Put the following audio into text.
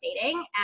dating